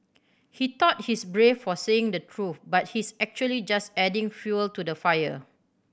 he thought he's brave for saying the truth but he's actually just adding fuel to the fire